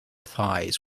thighs